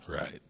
right